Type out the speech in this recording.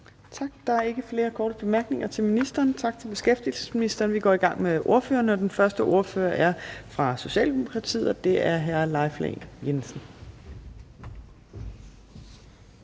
Tak. Der er ikke flere korte bemærkninger, så tak til beskæftigelsesministeren. Vi går i gang med ordførerne, og den første ordfører er fra Socialdemokratiet. Det er hr. Leif Lahn Jensen.